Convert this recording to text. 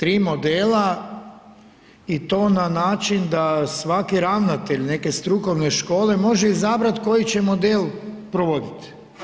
Tri modela i to na način da svaki ravnatelj neke strukovne škole može izabrati koji će model provoditi.